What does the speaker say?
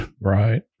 right